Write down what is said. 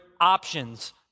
options